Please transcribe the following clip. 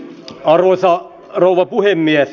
arvoisa rouva puhemies